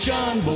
John